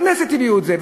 לכנסת הביאו את זה.